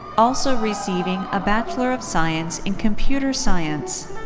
also receiving a bachelor of science in computer science.